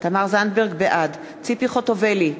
בעד ציפי חוטובלי,